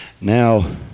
Now